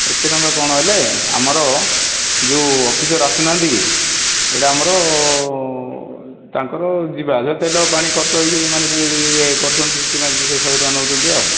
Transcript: ଏତେ ଟଙ୍କା କ'ଣ ହେଲେ ଆମର ଯେଉଁ ଅଫିସର୍ ଆସୁ ନାହାନ୍ତି କି ସେଇଟା ଆମର ତାଙ୍କର ଯିବା ଯୋ ତେଲ ପାଣି ଖର୍ଚ୍ଚ ହେଇକି ମାନେ ଇଏ କରୁଛନ୍ତି ସେଥିପାଇଁ ସିଏ ଶହେ ଟଙ୍କା ନେଉଛନ୍ତି ଆଉ